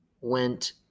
went